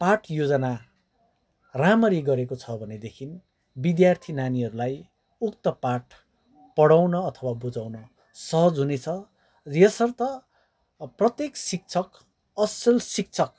पाठ योजना राम्ररी गरेको छ भनेदेखि विद्यार्थी नानीहरूलाई उक्त पाठ पढाउन अथवा बुझाउन सहज हुनेछ यसर्थ प्रत्येक शिक्षक असल शिक्षक